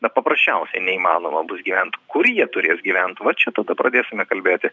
na paprasčiausiai neįmanoma bus gyvent kur jie turės gyvent va čia tada pradėsime kalbėti